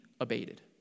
Abated